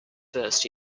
first